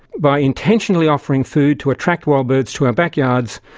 by intentionally offering food to attract wild birds to our back yards,